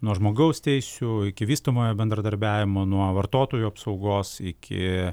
nuo žmogaus teisių iki vystomojo bendradarbiavimo nuo vartotojų apsaugos iki